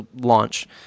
launch